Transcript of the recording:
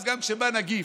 אז גם כשבא נגיף,